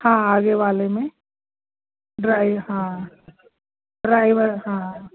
हाँ आगे वाले में ड्राइव हाँ ड्राइवर हाँ